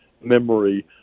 memory